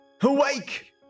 Awake